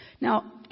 Now